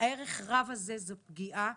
הערך הרב הזה זו פגיעה.